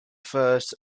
first